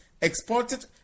exported